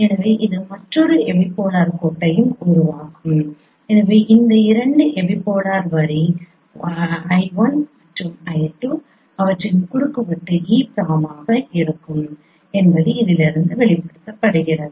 எனவே இது மற்றொரு எபிபோலார் கோட்டையும் உருவாக்கும் எனவே இந்த இரண்டு எபிபோலார் வரி l 1 மற்றும் l 2 அவற்றின் குறுக்குவெட்டு e பிரைமாக இருக்கும் இதிலிருந்து வெளிப்படுத்தப்படுகிறது